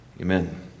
Amen